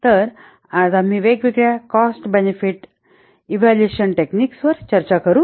तर आज आम्ही वेगवेगळ्या कॉस्ट बेनेफिट इव्हॅल्युएशन टेकनिक्स वर चर्चा करू